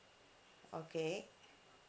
okay